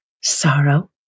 sorrow